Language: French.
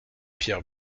pierre